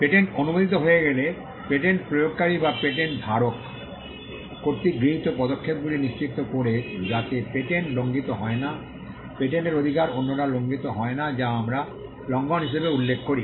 patent অনুমোদিত হয়ে গেলে পেটেন্ট প্রয়োগকারী যা পেটেন্ট ধারক কর্তৃক গৃহীত পদক্ষেপগুলি নিশ্চিত করে যাতে পেটেন্ট লঙ্ঘিত হয় না পেটেন্টের অধিকার অন্যরা লঙ্ঘিত হয় না যা আমরা লঙ্ঘন হিসাবে উল্লেখ করি